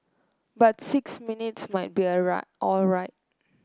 but six minutes might be a right alright